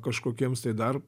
kažkokiems tai dar